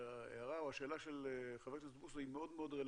ההערה של חבר הכנסת בוסו מאוד רלוונטית.